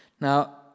Now